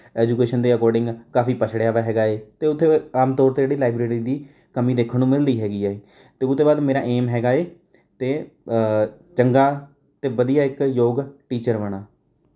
education ਦੇ according ਕਾਫ਼ੀ ਪੱਛੜਿਆਂ ਵਾ ਹੈਗਾ ਏ ਅਤੇ ਉੱਥੇ ਉਹ ਆਮ ਤੌਰ 'ਤੇ ਜਿਹੜੀ ਲਾਇਬ੍ਰੇਰੀ ਦੀ ਕਮੀ ਦੇਖਣ ਨੂੰ ਮਿਲਦੀ ਹੈਗੀ ਏ ਅਤੇ ਉਹਤੋਂ ਬਾਅਦ ਮੇਰਾ ਏਮ ਹੈਗਾ ਏ ਅਤੇ ਚੰਗਾ ਅਤੇ ਵਧੀਆ ਇੱਕ ਯੋਗ ਟੀਚਰ ਬਣਾ